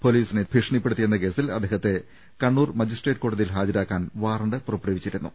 പൊലീസിനെ ഭീഷ ണിപ്പെടുത്തിയെന്ന കേസിൽ അദ്ദേഹത്തെ കണ്ണൂർ മജിസ്ട്രേറ്റ് കോട തിയിൽ ഹാജരാക്കാൻ വാറണ്ട് പുറപ്പെടുവിച്ചിരുന്നു